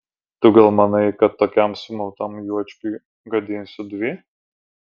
tu gal manai kad tokiam sumautam juočkiui gadinsiu dvi